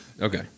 Okay